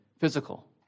physical